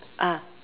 ah